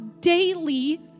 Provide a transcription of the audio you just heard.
daily